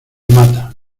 mata